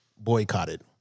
Boycotted